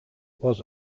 was